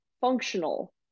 functional